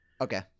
Okay